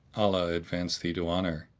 allah advance thee to honour!